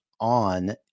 on